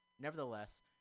Nevertheless